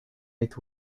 eight